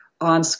on